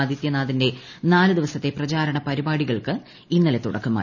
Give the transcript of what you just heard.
ആദിത്യനാഥിന്റെ നാല് ദിവസത്തെ പ്രചാരണ പരിപാടികൾക്ക് തുടക്കമായി